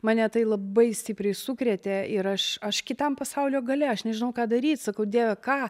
mane tai labai stipriai sukrėtė ir aš aš kitam pasaulio gale aš nežinau ką daryt sakau dieve ką